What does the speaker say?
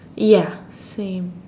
ya same